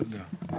תודה.